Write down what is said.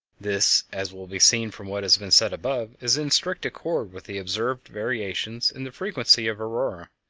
this, as will be seen from what has been said above, is in strict accord with the observed variations in the frequency of aurorae.